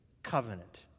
covenant